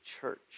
church